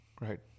right